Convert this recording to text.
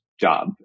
job